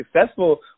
successful